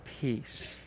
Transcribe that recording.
peace